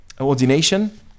ordination